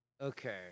Okay